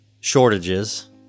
shortages